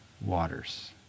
waters